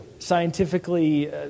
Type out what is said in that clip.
scientifically